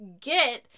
get